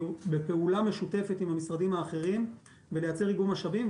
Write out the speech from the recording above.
בפעולה משותפת עם המשרדים האחרים ולייצר איגום משאבים,